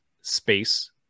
space